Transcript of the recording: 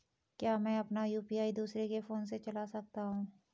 क्या मैं अपना यु.पी.आई दूसरे के फोन से चला सकता हूँ?